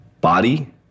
body